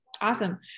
Awesome